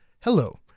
Hello